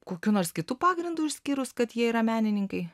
kokiu nors kitu pagrindu išskyrus kad jie yra menininkai